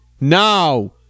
now